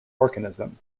organism